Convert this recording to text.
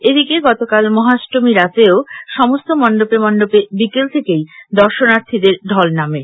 এদিকে গতকাল মহাষ্টমীর রাতেও সমস্ত মন্ডপে মন্ডপে বিকেল থেকেই দর্শনার্থীদের ঢল নামে